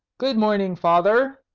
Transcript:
good-morning, father,